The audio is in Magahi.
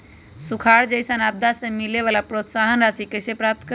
सुखार जैसन आपदा से मिले वाला प्रोत्साहन राशि कईसे प्राप्त करी?